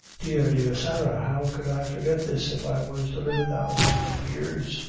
dear, dear sarah, how could i forget this if i was to live a thousand years?